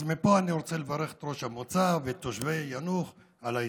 אז מפה אני רוצה לברך את ראש המועצה ואת תושבי יאנוח על ההתקדמות.